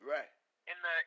Right